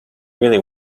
really